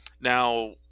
now